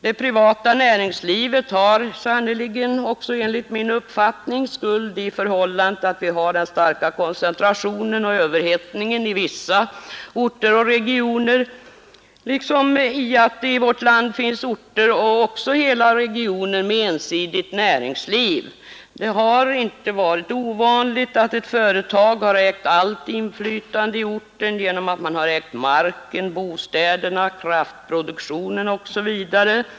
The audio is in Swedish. Det privata näringslivet har sannerligen, enligt min uppfattning, också sin skuld i det förhållandet att vi har en stark koncentration och överhettning i vissa orter och regioner liksom i att det i vårt land finns orter och hela regioner med ensidigt näringsliv. Det har inte varit ovanligt att ett företag haft allt inflytande i orten genom att det har ägt marken, bostäderna, kraftproduktionen osv.